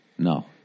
no